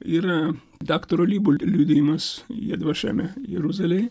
yra daktaro libo liudijimas jedvašeme jeruzalėj